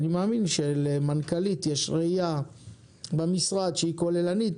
אני מאמין שלמנכ"לית המשרד יש ראייה שהיא כוללנית